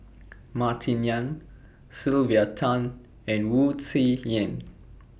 Martin Yan Sylvia Tan and Wu Tsai Yen